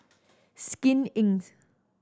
Skin Inc